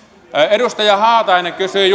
edustaja haatainen kysyi